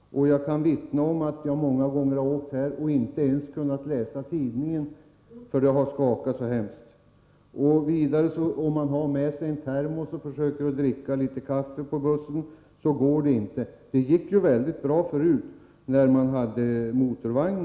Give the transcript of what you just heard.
Jag har själv färdats den här sträckan med buss och inte ens kunnat läsa tidningen, därför att det har skakat för mycket. Det går inte att hälla kaffe ur en termos och försöka dricka det. Det gick däremot mycket bra tidigare, när man färdades med motorvagn.